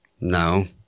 No